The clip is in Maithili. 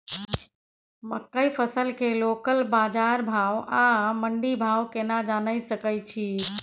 मकई फसल के लोकल बाजार भाव आ मंडी भाव केना जानय सकै छी?